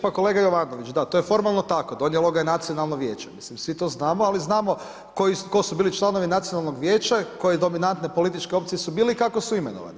Pa kolega Jovanović, da to je formalno tako donijelo ga je nacionalno vijeće, mislim svi to znamo, ali znamo tko su bili članovi nacionalnog vijeće, koje dominantne političke opcije su bili i kako su imenovani.